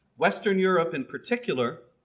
western europe in particular,